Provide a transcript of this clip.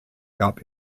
gab